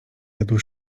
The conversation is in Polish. jadł